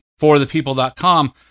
forthepeople.com